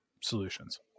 solutions